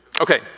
Okay